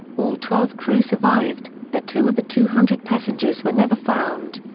all twelve crew survived, but two of the two hundred passengers were never found.